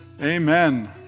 Amen